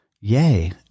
Yay